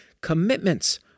Commitments